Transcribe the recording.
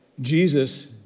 Jesus